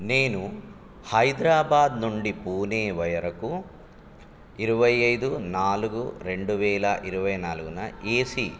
నేను హైద్రాబాద్ నుండి పూణే వరకు ఇరవై ఐదు నాలుగు రెండు వేల ఇరవై నాలుగున ఏసీ